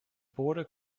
border